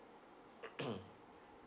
mm